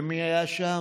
ומי היה שם?